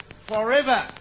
Forever